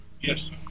yes